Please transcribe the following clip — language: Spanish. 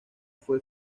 fue